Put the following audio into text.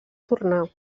tornar